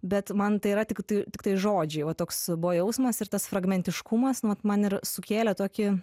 bet man tai yra tiktai tiktai žodžiai va toks buvo jausmas ir tas fragmentiškumas nu vat man ir sukėlė tokį